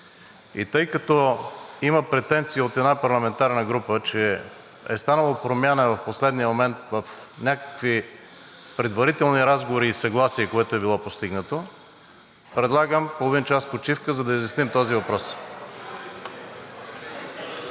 Тъй като има претенции от една парламентарна група, че е станала промяна в последния момент в някакви предварителни разговори и съгласие, което е било постигнато, предлагам половин час почивка, за да изясним този въпрос.